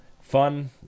fun